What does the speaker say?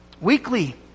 Weekly